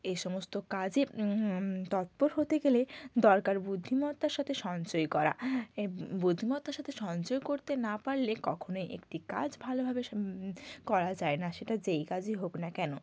এই সমস্ত কাজে তৎপর হতে গেলে দরকার বুদ্ধিমত্তার সাথে সঞ্চয় করা এই বুদ্ধিমত্তার সাথে সঞ্চয় করতে না পারলে কখনোই একটি কাজ ভালোভাবে সম করা যায় না সেটা যেই কাজই হোক না কেন